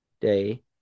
day